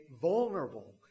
vulnerable